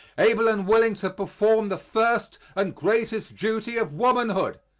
able and willing to perform the first and greatest duty of womanhood,